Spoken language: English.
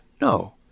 No